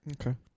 Okay